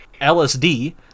LSD